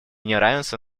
неравенства